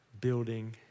building